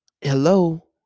hello